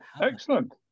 Excellent